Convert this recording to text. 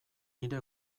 nire